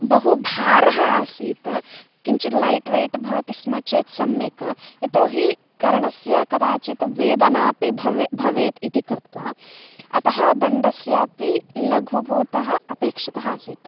बहु भारः आसीत् किञ्जित् लैट् वेय्ट् भवति स्म चेत् सम्यक् यतोहि कर्णस्य कदाचित् वेदना अपि भवे भवेत् इति कृत्वा अतः दण्डस्य अपि लघुभूतः अपेक्षितः आसीत्